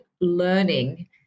learning